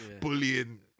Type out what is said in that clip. bullying